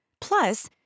Plus